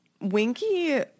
Winky